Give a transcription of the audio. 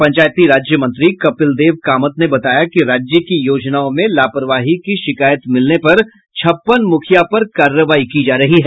पंचायती राज मंत्री कपिल देव कामत ने बताया कि राज्य की योजनाओं में लापरवाही की शिकायत मिलने पर छप्पन मुखिया पर कार्रवाई की जा रही है